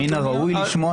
וגם עליה אני מראש שואל,